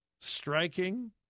Striking